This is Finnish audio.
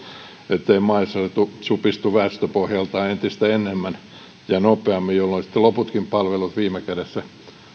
ettei maaseutu supistu väestöpohjaltaan entistä enemmän ja nopeammin jolloin sitten loputkin palvelut viime kädessä